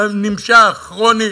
נמשך, כרוני,